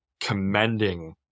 commending